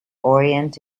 orient